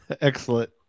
Excellent